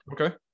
Okay